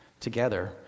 together